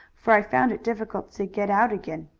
for i found it difficult to get out again.